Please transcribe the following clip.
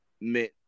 meant